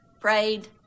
prayed